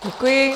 Děkuji.